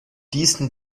ließen